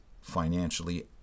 financially